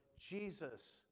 Jesus